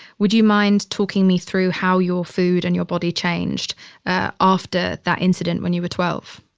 would you mind talking me through how your food and your body changed ah after that incident when you were twelve?